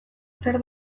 zer